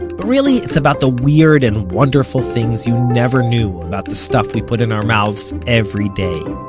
but really it's about the weird and wonderful things you never knew about the stuff we put in our mouths every day.